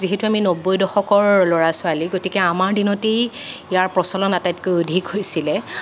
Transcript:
যিহেতু আমি নব্বৈ দশকৰ ল'ৰা ছোৱালী গতিকে আমাৰ দিনতেই ইয়াৰ প্ৰচলন আটাইতকৈ অধিক হৈছিলে